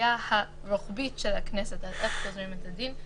מהקביעה הרוחבית של הכנסת על איך גוזרים את הדין.